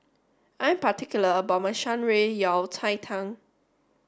I'm particular about my Shan Rui Yao Cai Tang